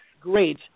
Great